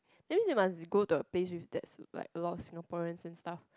that's mean you must go to a place with that's like a lot of Singaporean and stuff